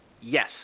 Yes